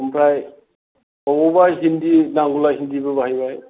ओमफ्राय बबेयावबा हिन्दी नांगौब्ला हिन्दीबो बाहायबाय